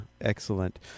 Excellent